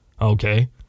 Okay